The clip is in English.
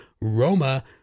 Roma